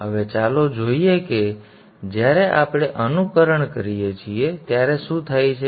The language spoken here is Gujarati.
હવે ચાલો જોઈએ કે જ્યારે આપણે અનુકરણ કરીએ છીએ ત્યારે શું થાય છે